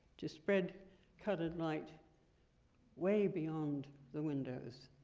just spread cutted light way beyond the windows.